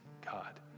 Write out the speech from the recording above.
God